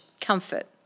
comfort